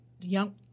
young